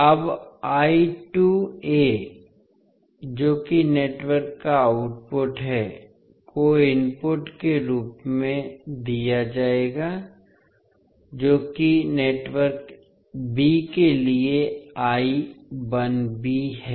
अब जो कि नेटवर्क का आउटपुट है को इनपुट के रूप में दिया जाएगा जो कि नेटवर्क b के लिए है